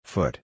Foot